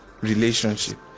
relationship